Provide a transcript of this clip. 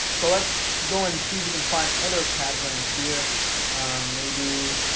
so let's go and see we can find other cad brands here maybe